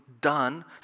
done